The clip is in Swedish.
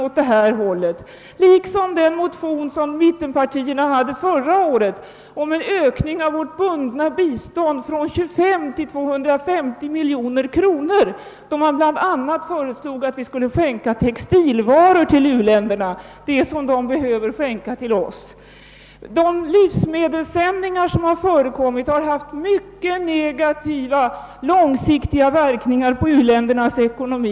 Detta var också fallet i en motion från mittenpartierna till föregående års riksdag om en ökning av vårt bundna bistånd från 25 miljoner till 250 miljoner kronor, i vilken det bl.a. föreslogs att vi skulle skänka textilvaror till u-länderna. Sådana produkter skulle de i stället behöva exportera till oss. De livsmedelssändningar som förekommit har haft mycket negativa lårgsiktiga verkningar på u-ländernas ekonomi.